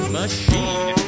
machine